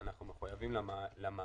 אנחנו מחויבים למהלך.